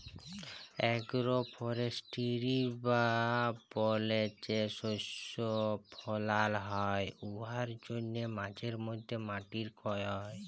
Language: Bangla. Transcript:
এগ্রো ফরেস্টিরি বা বলে যে শস্য ফলাল হ্যয় উয়ার জ্যনহে মাঝে ম্যধে মাটির খ্যয় হ্যয়